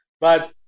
But-